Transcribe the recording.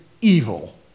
evil